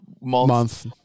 month –